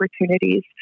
opportunities